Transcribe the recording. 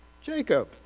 Jacob